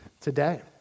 Today